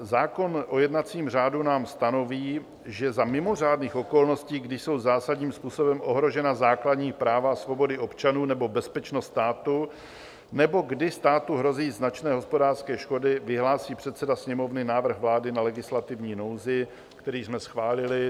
Zákon o jednacím řádu nám stanoví, že za mimořádných okolností, kdy jsou zásadním způsobem ohrožena základní práva a svobody občanů nebo bezpečnost státu nebo kdy státu hrozí značné hospodářské škody, vyhlásí předseda Sněmovny návrh vlády na legislativní nouzi, který jsme schválili.